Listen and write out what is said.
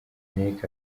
nic